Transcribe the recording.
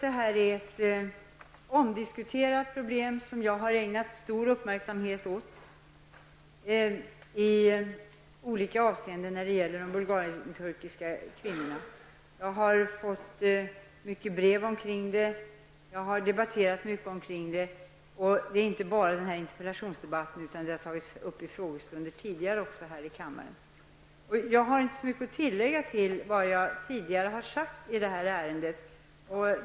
Det här är ett omdiskuterat problem som jag har ägnat stor uppmärksamhet åt i olika avseenden när det gäller de bulgarienturkiska kvinnorna. Jag har fått många brev och jag har debatterat mycket om detta problem. Frågan har tagits upp, inte bara under den här frågestunden utan även under tidigare frågestunder. Jag har inte så mycket att tillägga till vad jag tidigare har sagt i detta ärende.